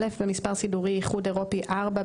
(א)במספר סידורי (איחוד אירופי) 4,